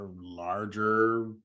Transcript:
larger